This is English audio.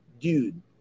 dude